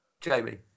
Jamie